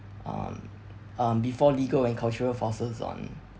um um before legal and cultural forces on